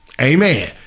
amen